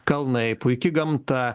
kalnai puiki gamta